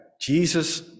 Jesus